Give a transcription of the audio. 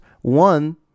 One